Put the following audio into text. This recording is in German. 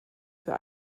für